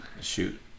shoot